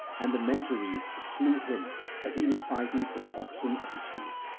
and the mentores slew him as he was fighting for the oxen of his field.